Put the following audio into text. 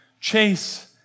Chase